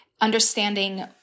understanding